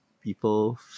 people